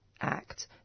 Act